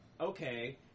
okay